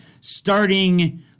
starting